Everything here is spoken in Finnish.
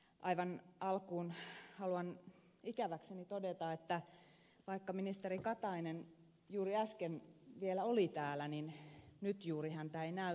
aivan alkuun haluan ikäväkseni todeta että vaikka ministeri katainen vielä juuri äsken oli täällä niin nyt juuri häntä ei näy